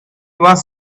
was